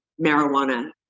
marijuana